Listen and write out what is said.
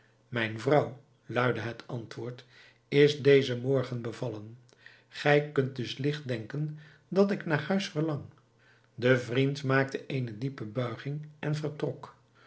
mijne vrouw luidde het antwoord is dezen morgen bevallen gij kunt dus ligt denken dat ik naar huis verlang de vriend maakte eene diepe buiging en vertrok